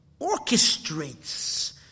orchestrates